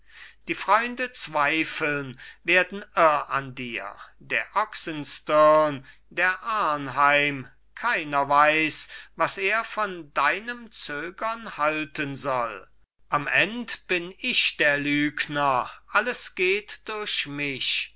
die freunde zweifeln werden irr an dir der oxenstirn der arnheim keiner weiß was er von deinem zögern halten soll am end bin ich der lügner alles geht durch mich